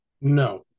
no